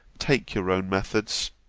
take your own methods.